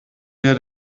wir